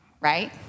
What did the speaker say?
right